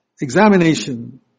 examination